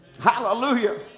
Hallelujah